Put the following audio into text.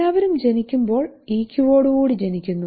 എല്ലാവരും ജനിക്കുമ്പോൾ ഇക്യു വോട് കൂടി ജനിക്കുന്നു